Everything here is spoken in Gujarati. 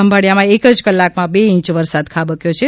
ખંભાળીયામાં એક જ કલાકમાં બે ઇંચ વરસાદ ખાબક્યો છે